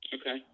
Okay